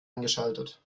eingeschaltet